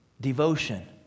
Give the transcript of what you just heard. devotion